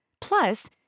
plus